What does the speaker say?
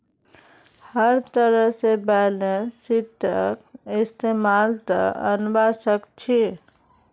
हर तरह से बैलेंस शीटक इस्तेमालत अनवा सक छी